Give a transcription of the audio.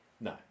no